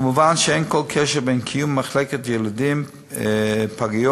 מובן שאין כל קשר בין קיום מחלקות ילדים, פגיות